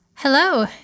Hello